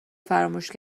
فراموش